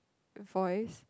voice